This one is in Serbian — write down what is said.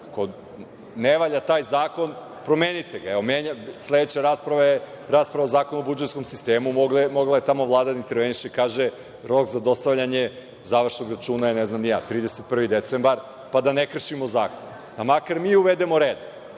zakon. Ne valja taj zakon, promenite ga. Sledeća rasprava je rasprava Zakona je o budžetskom sistemu. Mogla je tamo Vlada da interveniše. Kaže, rok za dostavljanje završnog računa, ne znam ni ja, 31. decembar, pa da ne kršimo zakon, da makar i mi uvedemo red,